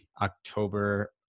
October